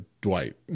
Dwight